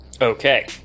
Okay